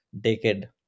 decade